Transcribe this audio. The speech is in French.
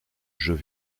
jeux